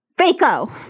Faco